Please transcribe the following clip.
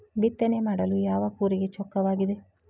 ಬಿತ್ತನೆ ಮಾಡಲು ಯಾವ ಕೂರಿಗೆ ಚೊಕ್ಕವಾಗಿದೆ?